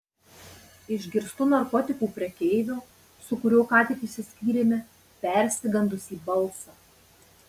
išgirstu narkotikų prekeivio su kuriuo ką tik išsiskyrėme persigandusį balsą